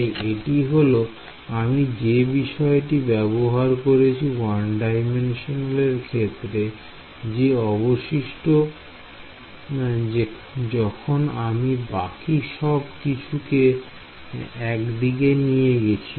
তাই এটি হলো আমি যে বিষয়টি ব্যবহার করেছি 1D র ক্ষেত্রে যে অবশিষ্ট যখন আমি বাকি সব কিছুতে একদিকে নিয়ে গেছি